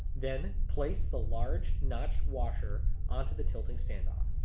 then place the large nut washer onto the tilting stand off.